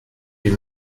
huit